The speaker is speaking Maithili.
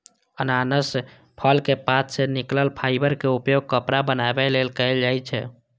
अनानास फलक पात सं निकलल फाइबर के उपयोग कपड़ा बनाबै लेल कैल जाइ छै